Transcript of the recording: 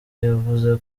yavuze